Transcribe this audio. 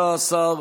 13,